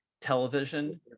television